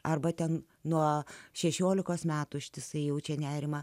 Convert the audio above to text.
arba ten nuo šešiolikos metų ištisai jaučia nerimą